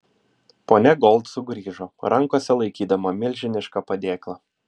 ponia gold sugrįžo rankose laikydama milžinišką padėklą